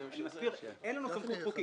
אני מזכיר, אין לנו סמכות חוקית.